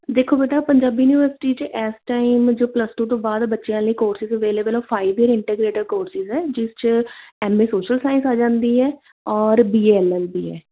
ਦੇਖੋ ਬੇਟਾ ਪੰਜਾਬੀ ਯੂਨੀਵਰਸਿਟੀ 'ਚ ਇਸ ਟਾਈਮ ਜੋ ਪਲੱਸ ਟੂ ਤੋਂ ਬਾਅਦ ਬੱਚਿਆਂ ਲਈ ਕੋਰਸ ਅਵੇਲੇਬਲ ਉਹ ਫਾਈਵ ਯੀਅਰ ਇੰਟਰਗ੍ਰੇਟਰ ਕੋਰਸਿਸ ਹੈ ਜਿਸ 'ਚ ਐੱਮ ਏ ਸ਼ੋਸ਼ਲ ਸਾਇੰਸ ਆ ਜਾਂਦੀ ਹੈ ਔਰ B A L L B ਹੈ